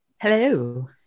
Hello